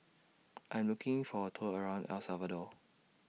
I Am looking For A Tour around El Salvador